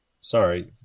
sorry